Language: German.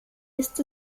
isst